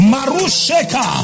Marusheka